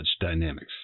dynamics